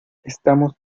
estamos